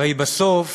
הרי בסוף,